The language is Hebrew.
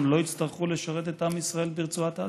לא יצטרכו לשרת את עם ישראל ברצועת עזה?